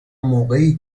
موقعی